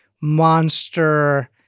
monster